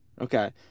Okay